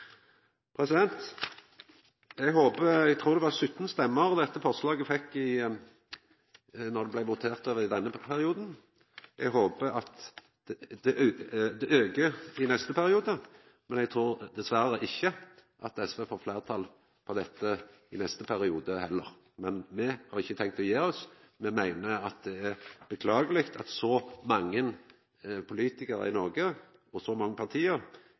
Eg trur det var 17 stemmer dette forslaget fekk då det blei votert over i denne perioden. Eg håpar at det aukar i neste periode. Eg trur dessverre ikkje at SV får fleirtal for dette i neste periode heller, men me har ikkje tenkt å gje oss. Me meiner at det er beklageleg at så mange politikarar i Noreg og så mange parti